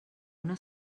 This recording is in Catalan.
una